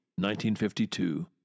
1952